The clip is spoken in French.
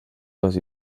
dans